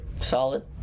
Solid